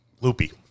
Loopy